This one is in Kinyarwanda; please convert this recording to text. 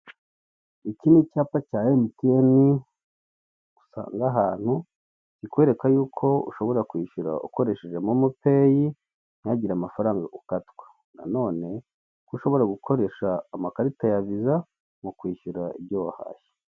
Iki ni icyapa cya emutiyeni usanga ahantu kikwereka yuko ushobora kwishyura ukoresheje momo peyi ntihagire amafaranga ukatwa. Nanone ko ushobora gukoresha amakarita ya viza mu kwishyura ibyo wahashye.